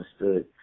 understood